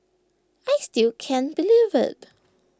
I still can't believe IT